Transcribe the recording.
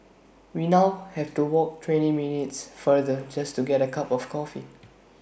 we now have to walk twenty minutes further just to get A cup of coffee